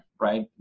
right